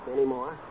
anymore